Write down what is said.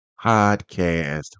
Podcast